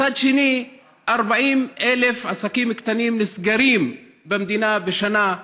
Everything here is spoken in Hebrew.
מצד שני, 40,000 עסקים קטנים נסגרים במדינה בשנה.